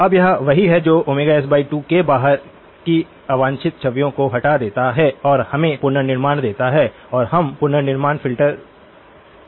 अब यह वही है जो s2 के बाहर की अवांछित छवियों को हटा देता है और हमें पुनर्निर्माण देता है और हम पुनर्निर्माण फिल्टर को जानते हैं